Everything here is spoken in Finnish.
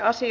asia